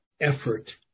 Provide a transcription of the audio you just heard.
effort